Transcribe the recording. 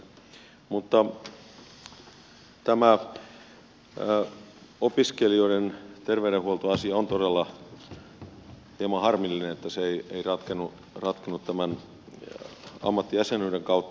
mutta tämä opiskelijoiden terveydenhuoltoasia on todella hieman harmillinen kun se ei ratkennut tämän ammattijäsenyyden kautta